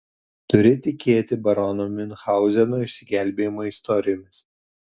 turi tikėti barono miunchauzeno išsigelbėjimo istorijomis